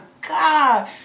God